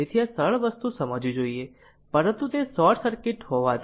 તેથી આ સરળ વસ્તુ સમજવી જોઈએ પરંતુ તે શોર્ટ સર્કિટ હોવાથી